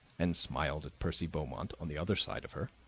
and smiled at percy beaumont, on the other side of her,